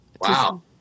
Wow